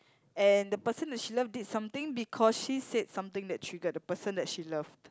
and the person that she love did something because she said something that triggered the person that she love